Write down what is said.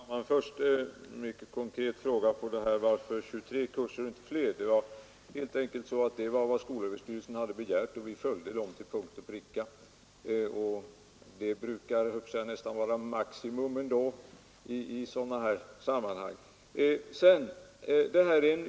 Herr talman! Först ett konkret svar på frågan: Varför bara 23 kurser? Svaret är att det var vad skolöverstyrelsen hade begärt, och vi följde skolöverstyrelsen till punkt och pricka. Det som begärs i sådana här sammanhang brukar ju vara maximum.